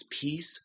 peace